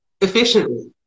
efficiently